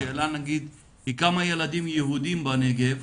השאלה היא כמה ילדים יהודים בנגב